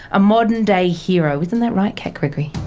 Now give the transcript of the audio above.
a modern day hero. isn't that right kat gregory?